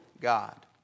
God